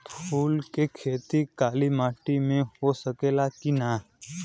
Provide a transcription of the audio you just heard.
फूल के खेती काली माटी में हो सकेला की ना?